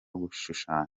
gushushanya